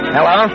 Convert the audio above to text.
Hello